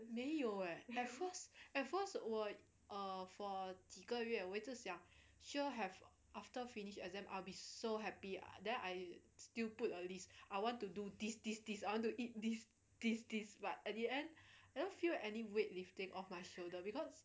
没有 eh at first at first 我 uh for 几个月我一直在想 sure have after finish exam I'll be so happy uh then I still put a list I want to do this this this I want to eat this this this but at the end you don't feel any weight lifting of my shoulder because